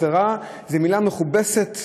הסדרה זו מילה מכובסת,